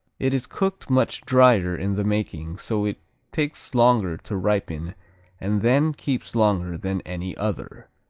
it is cooked much dryer in the making, so it takes longer to ripen and then keeps longer than any other.